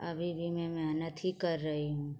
अभी भी मैं मेहनत ही कर रही हूँ